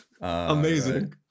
Amazing